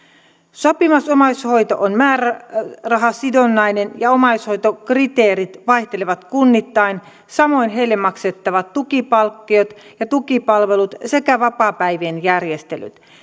sopimusomaishoito on määrärahasidonnainen ja omaishoitokriteerit vaihtelevat kunnittain samoin heille maksettavat tukipalkkiot ja tukipalvelut sekä vapaapäivien järjestelyt